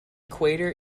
equator